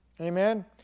Amen